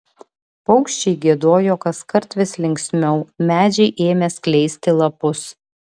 paukščiai giedojo kaskart vis linksmiau medžiai ėmė skleisti lapus